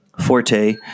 forte